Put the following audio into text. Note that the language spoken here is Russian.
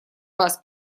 вас